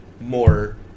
more